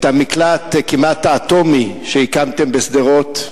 את המקלט הכמעט-אטומי שהקמתן בשדרות,